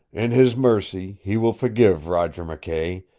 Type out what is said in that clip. in his mercy he will forgive roger mckay,